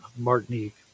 Martinique